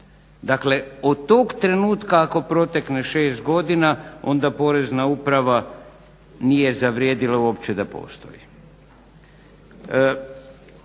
Dakle, od tog trenutka ako protekne šest godina onda Porezna uprava nije zavrijedila uopće da postoji.